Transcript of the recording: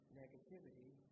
negativity